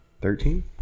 Thirteen